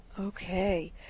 Okay